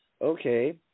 okay